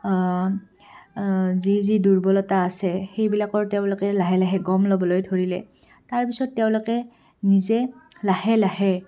যি যি দুৰ্বলতা আছে সেইবিলাকৰ তেওঁলোকে লাহে লাহে গম ল'বলৈ ধৰিলে তাৰপিছত তেওঁলোকে নিজে লাহে লাহে